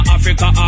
Africa